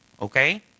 Okay